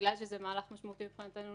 בגלל שזה מהלך משמעותי מבחינתנו,